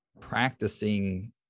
practicing